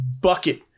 bucket